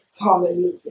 Hallelujah